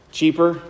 Cheaper